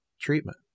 treatment